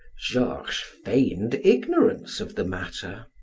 georges feigned ignorance of the matter.